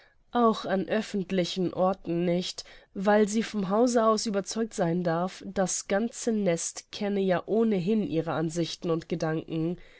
auch an öffentlichen orten nicht weil sie vom hause aus überzeugt sein darf das ganze nest kenne ja ohnehin ihre ansichten und gedanken